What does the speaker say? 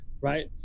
right